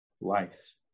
life